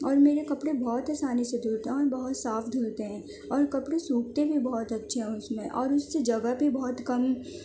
اور میرے کپڑے بہت آسانی سے دھلتے ہیں اور بہت صاف دھلتے ہیں اور کپڑے سوکھتے بھی بہت اچھے ہیں اس میں اور اس سے جگہ بھی بہت کم